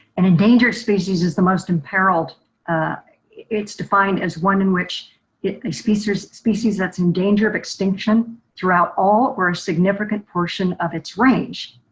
an endangered species is the most imperiled it's defined as one in which a species species that's in danger of extinction throughout all were a significant portion of its range.